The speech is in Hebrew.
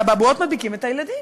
באבעבועות מדביקים את הילדים,